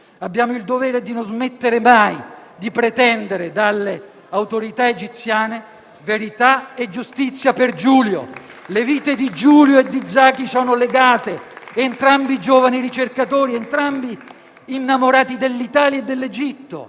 Abbiamo il dovere di non smettere mai di pretendere dalle autorità egiziane verità e giustizia per Giulio. Le vite di Giulio e di Zaki sono legate: entrambi giovani ricercatori, entrambi innamorati dell'Italia e dell'Egitto.